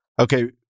Okay